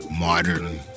modern